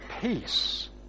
peace